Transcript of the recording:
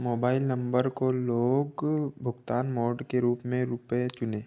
mobile number को लोग भुगतान मोड के रूप में रुपये चुनें